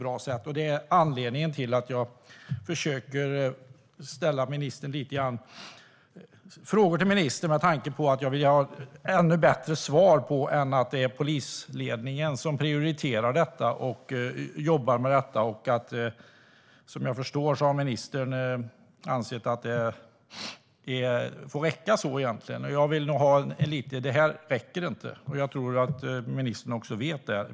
Anledningen till att jag ställer dessa frågor till ministern är att jag vill ha ett bättre svar än att det är polisledningen som prioriterar och jobbar med detta. Som jag förstår det anser ministern att det får räcka så. Men det räcker inte, och jag tror att ministern också vet det.